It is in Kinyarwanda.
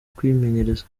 kwimenyereza